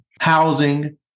housing